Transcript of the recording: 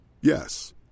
Yes